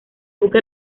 buque